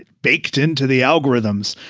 baked into the algorithms,